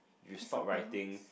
you stop writing